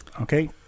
Okay